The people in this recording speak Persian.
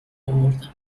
اوردم